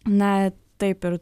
na taip ir